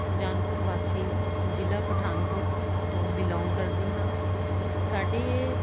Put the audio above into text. ਸੁਜਾਨਪੁਰ ਵਾਸੀ ਜ਼ਿਲ੍ਹਾ ਪਠਾਨਕੋਟ ਤੋਂ ਬਿਲੋਂਗ ਕਰਦੀ ਹਾਂ ਸਾਡੇ